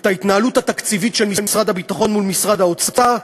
את ההתנהלות התקציבית של משרד הביטחון מול משרד האוצר.